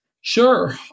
Sure